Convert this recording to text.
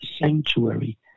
sanctuary